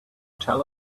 tell